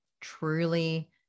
truly